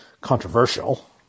controversial